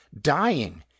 dying